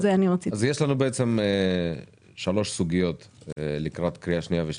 יש לנו שלוש סוגיות לקראת קריאה שנייה ושלישית.